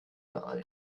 ein